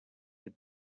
with